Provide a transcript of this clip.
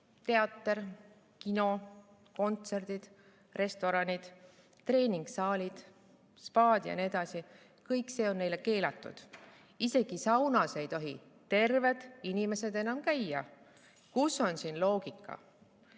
Teater, kino, kontserdid, restoranid, treeningsaalid, spaad ja nii edasi – kõik see on neile keelatud. Isegi saunas ei tohi terved inimesed enam käia. Kus on siin loogika?